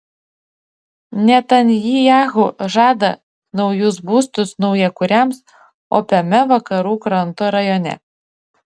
netanyahu žada naujus būstus naujakuriams opiame vakarų kranto rajone